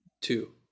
Two